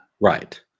Right